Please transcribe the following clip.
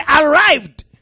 arrived